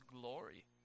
glory